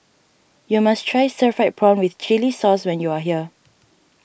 you must Try Stir Fried Prawn with Chili Sauce when you are here